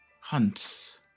hunts